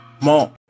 mom